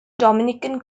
dominican